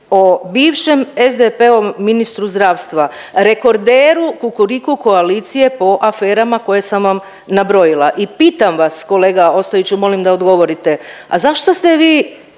o bivšem SDP-ovom ministru zdravstva, rekorderu Kukuriku koalicije po aferama koje sam vam nabrojila i pitam vas kolega Ostojiću, molim da odgovorite. A zašto ste vi